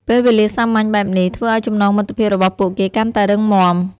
ពេលវេលាសាមញ្ញបែបនេះធ្វើឲ្យចំណងមិត្តភាពរបស់ពួកគេកាន់តែរឹងមាំ។